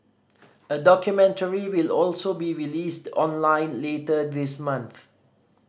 a documentary will also be released online later this month